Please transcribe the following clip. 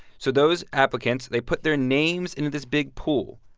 so those applicants they put their names into this big pool.